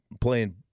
playing